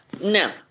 No